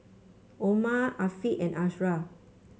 Omar Afiq and Ashraff